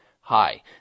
Hi